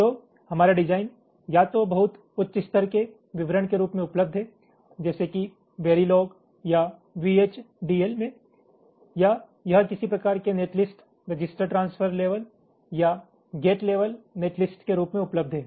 तो हमारा डिज़ाइन या तो बहुत उच्च स्तर के विवरण के रूप में उपलब्ध है जैसे कि वेरीलोग या वीएचडीएल में या यह किसी प्रकार के नेटलिस्ट रजिस्टर ट्रांसफर लेवल या गेट लेवल नेटलिस्ट के रूप में उपलब्ध है